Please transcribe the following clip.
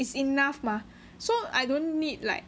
is enough mah so I don't need like